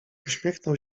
uśmiechnął